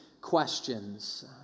questions